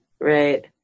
Right